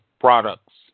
products